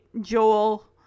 Joel